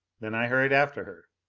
then i hurried after her.